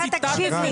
אתה תקשיב לי,